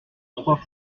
trois